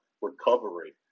recovery